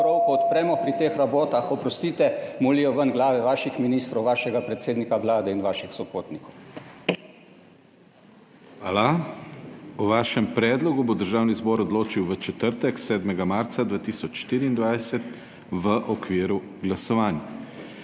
Hvala. O vašem predlogu bo Državni zbor odločil v četrtek, 7. marca 2024, v okviru glasovanj.